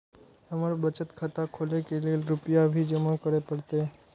हमर बचत खाता खोले के लेल रूपया भी जमा करे परते?